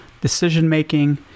decision-making